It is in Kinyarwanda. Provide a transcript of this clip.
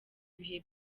ibihe